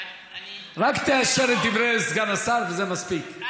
רק תאשר את דברי סגן השר, וזה מספיק.